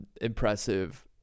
impressive